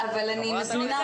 אבל אני מזמינה אותך לפנות אלי.